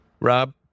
Rob